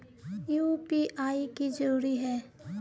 UPI की जरूरी है?